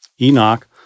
Enoch